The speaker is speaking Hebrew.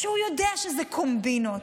הוא יודע שזה קומבינות.